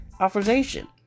Authorization